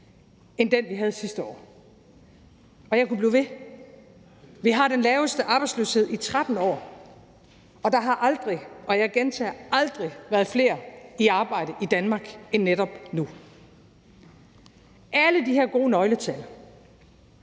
end den, vi havde sidste år. Og jeg kunne blive ved. Vi har den laveste arbejdsløshed i 13 år. Og der har aldrig – og jeg gentager: aldrig – været flere i arbejde i Danmark end netop nu. Alle de her gode nøgletal